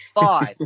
Five